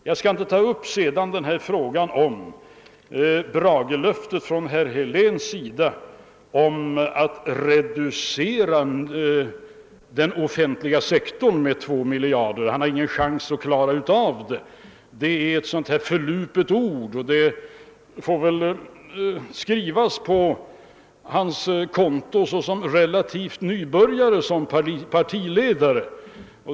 Jag skall sedan ta upp herr Heléns bragelöfte att reducera den offentliga sektorn med 2 ' miljarder. Han har ingen chans att klara av detta; det var ett förlupet ord som väl får skrivas på hans konto som relativ nybörjare såsom partiledare.